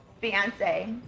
fiance